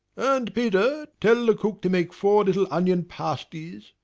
and peter, tell the cook to make four little onion pasties,